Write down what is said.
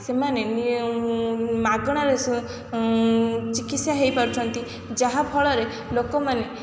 ସେମାନେ ମାଗଣାରେ ଚିକିତ୍ସା ହେଇପାରୁଛନ୍ତି ଯାହାଫଳରେ ଲୋକମାନେ